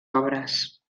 obres